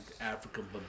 African